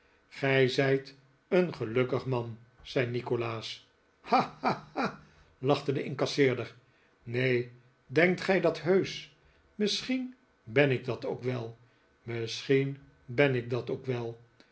zijt een gelukkig man zei nikolaas ha ha ha lachte de incasseerder neen denkt gij dat heusch misschien ben ik dat ook wel misschien ben ik dat ook wel